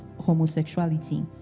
homosexuality